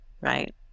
right